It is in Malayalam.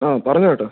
ആ പറഞ്ഞോട്ട്